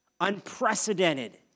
Unprecedented